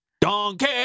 Donkey